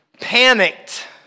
panicked